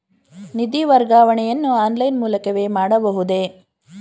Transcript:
ನಿಧಿ ವರ್ಗಾವಣೆಯನ್ನು ಆನ್ಲೈನ್ ಮೂಲಕವೇ ಮಾಡಬಹುದೇ?